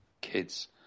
Kids